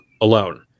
alone